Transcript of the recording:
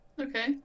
Okay